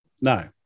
no